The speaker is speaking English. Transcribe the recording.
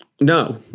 No